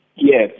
Yes